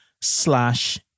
slash